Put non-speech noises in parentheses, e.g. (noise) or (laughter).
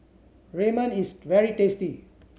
(unintelligible) is very tasty